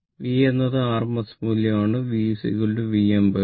V എന്നത് rms മൂല്യമാണ് v Vm √ 2